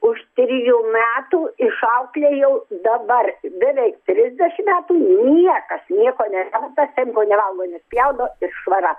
už trijų metų išauklėjau dabar beveik trisdešim metų niekas nieko nemeta sėmkų nevalgo nespjaudo ir švara